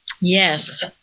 Yes